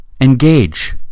Engage